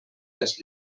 les